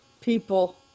people